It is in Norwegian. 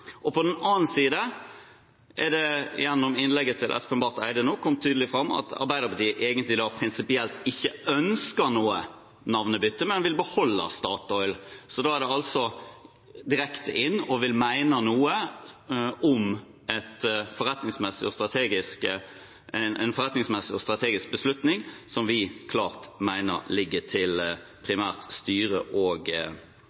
prinsipper for den statlige eierskapsutøvelsen. På den annen side er det gjennom innlegget til Espen Barth Eide nå kommet tydelig fram at Arbeiderpartiet prinsipielt egentlig ikke ønsker noe navnebytte, men vil beholde Statoil. Da går man altså direkte inn og vil mene noe om en forretningsmessig og strategisk beslutning som vi klart mener primært ligger til